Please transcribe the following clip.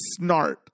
snart